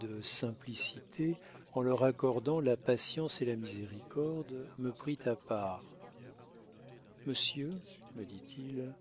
de simplicité en leur accordant la patience et la miséricorde me prit à part monsieur me dit-il